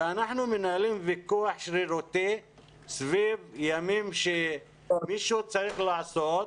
ואנחנו מנהלים ויכוח שרירותי סביב ימים או מישהו שצריך לעשות.